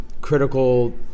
critical